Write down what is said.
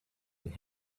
and